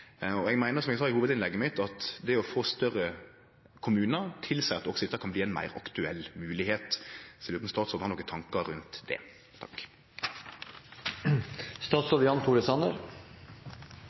Eg meiner, som eg sa i hovudinnlegget mitt, at det å få større kommunar tilseier at også dette kan bli ei meir aktuell moglegheit, så eg lurer på om statsråden har nokre tankar rundt det.